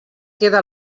queda